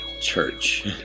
church